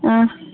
ஆ